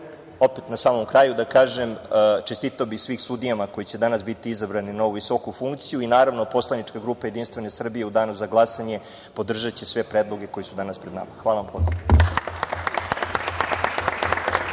na samom kraju da kažem, čestitao bih svim sudijama koji će danas biti izabrani na ovu visoku funkciju i naravno poslanička grupa JS u danu za glasanje podržaće sve predloge koji su danas pred nama. Hvala vam puno.